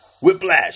Whiplash